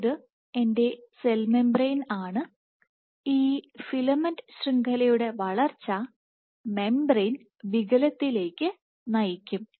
ഇത് എൻറെ cell membrane ആണ് ഈ ഫിലമെന്റ് ശൃംഖലയുടെ വളർച്ച മെംബ്രേയ്ൻ വികലത്തിലേക്ക് നയിക്കും